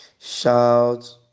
shout